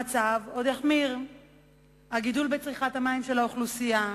המצב עוד מחמיר בשל הגידול בצריכת המים של האוכלוסייה,